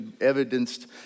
evidenced